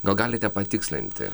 gal galite patikslinti